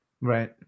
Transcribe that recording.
Right